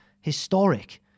historic